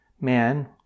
man